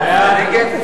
התשע"א